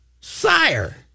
sire